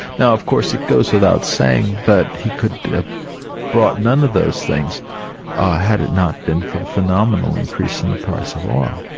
now of course it goes without saying that he could have brought none of those things had it not been for the phenomenal increase in the price of oil.